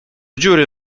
dziury